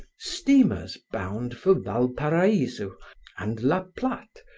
steamers bound for valparaiso and la platte,